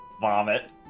vomit